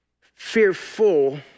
fearful